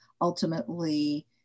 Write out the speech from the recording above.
ultimately